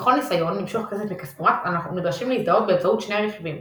בכל ניסיון למשוך כסף מכספומט אנו נדרשים להזדהות באמצעות שני רכיבים –